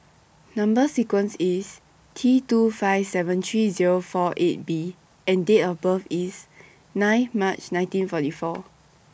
Number sequence IS T two five seven three Zero four eight B and Date of birth IS nine March nineteen forty four